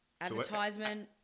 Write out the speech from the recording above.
advertisement